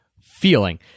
feeling